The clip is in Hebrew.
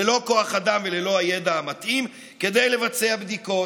ללא כוח אדם וללא הידע המתאים כדי לבצע בדיקות.